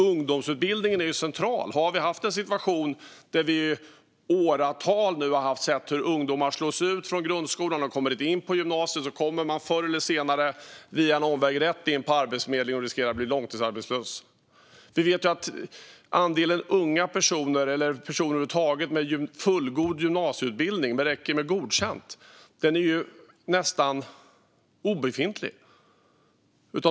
Ungdomsutbildningen är central. Vi har i åratal sett hur ungdomar slås ut från grundskolan och inte kommer in på gymnasiet. Förr eller senare kommer de via någon omväg rätt in på Arbetsförmedlingen och riskerar att bli långtidsarbetslösa. Vi vet att andelen unga personer, eller personer över huvud taget, med fullgod gymnasieutbildning - det räcker med Godkänd - är nästan obefintlig.